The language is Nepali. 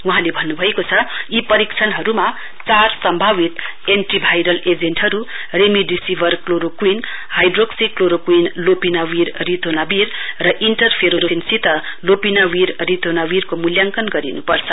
वहाँले भन्नभएको छ यी परीक्षणहरुमा चार सम्भावित एन्टी भाइरल एजेन्टहरु remdesivir chloroquine hydroxychloroquine lopinavir ritonavir र इंटर फेरोनसित लोपिनावीर रितोनावीरको मूल्याङ्कन गरिन् पर्छ